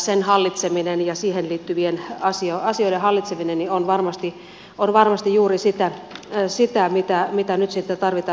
sen hallitseminen ja siihen liittyvien asioiden hallitseminen on varmasti juuri sitä mitä nyt sitten tarvitaan